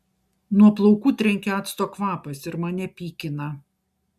nuo plaukų trenkia acto kvapas ir mane pykina